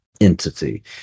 entity